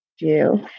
view